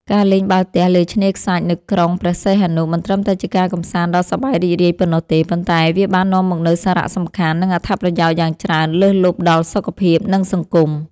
ការលេងបាល់ទះលើឆ្នេរខ្សាច់នៅក្រុងព្រះសីហនុ មិនត្រឹមតែជាការកម្សាន្តដ៏សប្បាយរីករាយប៉ុណ្ណោះទេ ប៉ុន្តែវាបាននាំមកនូវសារៈសំខាន់ និងអត្ថប្រយោជន៍យ៉ាងច្រើនលើសលប់ដល់សុខភាព និងសង្គម។